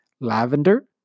Lavender